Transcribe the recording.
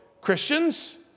Christians